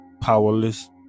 powerless